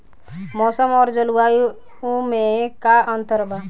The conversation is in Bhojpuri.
मौसम और जलवायु में का अंतर बा?